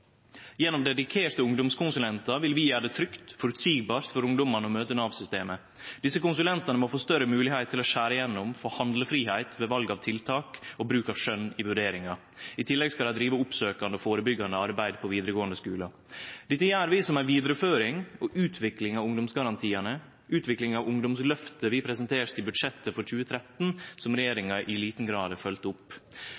Gjennom dedikerte ungdomskonsulentar vil vi gjere det trygt og føreseieleg for ungdomane å møte Nav-systemet. Desse konsulentane må få større moglegheit til å skjere gjennom og få handlefridom ved val av tiltak og bruk av skjøn i vurderingar. I tillegg skal dei drive oppsøkjande og førebyggjande arbeid på vidaregåande skular. Dette gjer vi som ei vidareføring og utvikling av ungdomsgarantiane, utvikling av ungdomsløftet vi presenterte i budsjettet for 2013, som